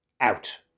out